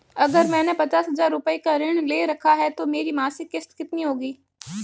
अगर मैंने पचास हज़ार रूपये का ऋण ले रखा है तो मेरी मासिक किश्त कितनी होगी?